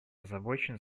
озабочен